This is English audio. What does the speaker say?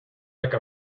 like